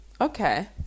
Okay